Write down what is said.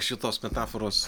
šitos metaforos